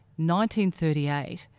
1938